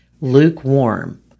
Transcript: lukewarm